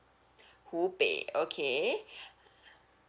hubei okay